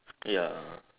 ya